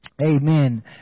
Amen